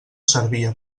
servia